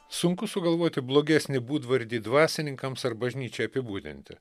sunku sugalvoti blogesnį būdvardį dvasininkams ar bažnyčiai apibūdinti